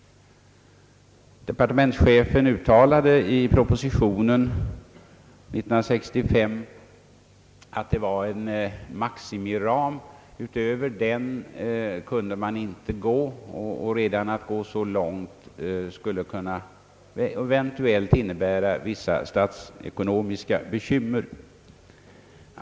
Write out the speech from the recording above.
Departementschefen uttalade i propositionen 1965 att detta var en maximiram. Utöver den kunde man inte gå. Redan att gå så långt skulle eventuellt innebära vissa statsekonomiska bekymmer.